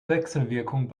wechselwirkung